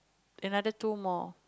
another two more